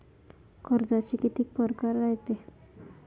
कर्जाचे कितीक परकार रायते?